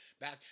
back